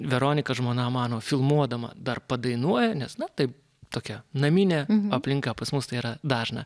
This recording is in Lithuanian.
veronika žmona mano filmuodama dar padainuoja nes na taip tokia naminė aplinka pas mus tai yra dažna